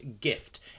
Gift